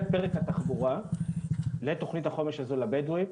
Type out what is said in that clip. פרק התחבורה לתוכנית החומש הזו לבדווים,